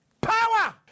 power